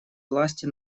власти